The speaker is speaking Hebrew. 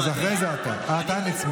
אז אחרי זה אתה, אה, אתה נצמד.